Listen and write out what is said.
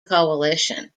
coalition